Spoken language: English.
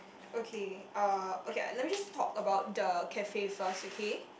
okay uh okay let me just talk about the cafe first okay